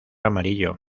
amarillo